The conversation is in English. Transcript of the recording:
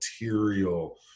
material